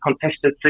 contested